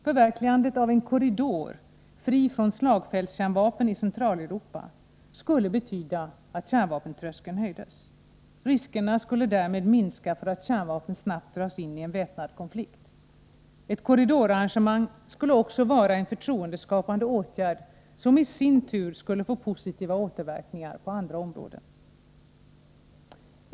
Förverkligandet av en korridor fri från slagfältskärnvapen i Centraleuropa skulle betyda att kärnvapentröskeln höjdes. Riskerna skulle därmed minska för att kärnvapen snabbt dras in i en väpnad konflikt. Ett korridorarrangemang skulle också vara en förtroendeskapande åtgärd, som i sin tur skulle få positiva återverkningar på andra områden.